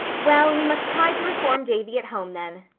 well, we must try to reform davy at home then,